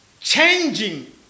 changing